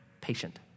patient